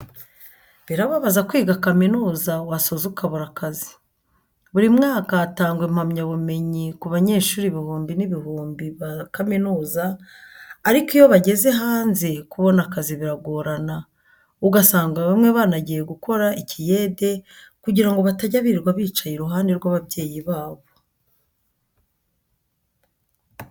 Birababaza kwiga kaminuza wasoza ukabura akazi. Buri mwaka hatangwa impamyabumenyi ku banyeshuri ibihumbi n'ibihumbi ba kaminuza ariko iyo bageze hanze kubona akazi biragorana, ugasanga bamwe banagiye gukora ikiyede kugira ngo batajya birirwa bicaye iruhande rw'ababyeyi babo.